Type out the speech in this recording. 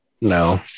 No